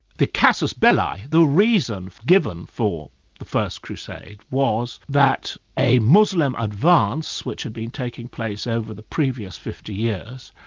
the casus belli, the reason given for the first crusade, was that a muslim advance, which had been taking place over the previous fifty years,